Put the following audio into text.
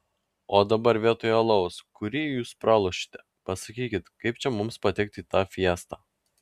o dabar vietoj alaus kurį jūs pralošėte pasakykit kaip čia mums patekti į tą fiestą